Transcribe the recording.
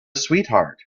sweetheart